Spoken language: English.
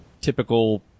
typical